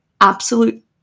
absolute